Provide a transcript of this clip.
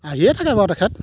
আহিয়ে থাকে বাৰু তেখেত